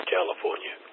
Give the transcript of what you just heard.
California